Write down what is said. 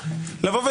לומר: